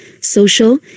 social